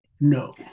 no